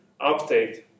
update